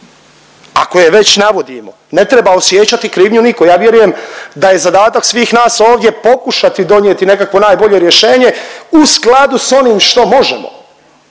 ako je već navodimo ne treba osjećati krivnju niko, ja vjerujem da je zadatak svih nas ovdje pokušati donijeti nekakvo najbolje rješenje u skladu s onim što možemo,